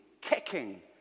kicking